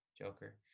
Joker